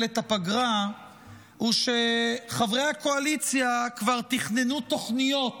את הפגרה הוא שחברי הקואליציה כבר תכננו תוכניות